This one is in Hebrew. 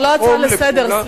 זה לא הצעה לסדר-היום,